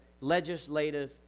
legislative